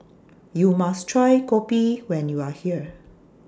YOU must Try Kopi when YOU Are here